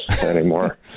anymore